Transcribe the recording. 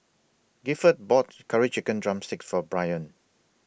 Gifford bought Curry Chicken Drumstick For Brian